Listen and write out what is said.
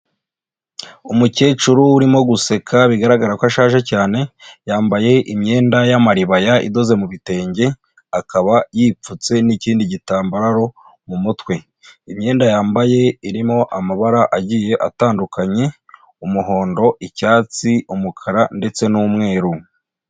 Umukecuru urimo guseka bigaragara ko ashaje cyane, yambaye imyenda y'amaribaya idoze mu bitenge akaba yipfutse n'ikindi gitambaro mu mutwe, imyenda yambaye irimo amabara agiye atandukanye: umuhondo, icyatsi, umukara ndetse n'umweru.